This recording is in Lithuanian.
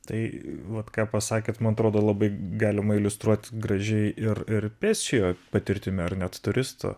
tai vat ką pasakėt man atrodo labai galima iliustruot gražiai ir ir pėsčiojo patirtimi ar net turisto